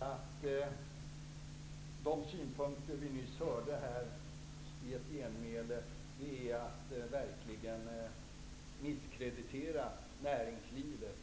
Herr talman! Att framföra de synpunkter som vi här nyss hörde i en replik är, tycker jag, att verkligen misskreditera näringslivet.